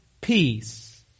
peace